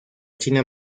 china